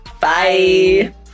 Bye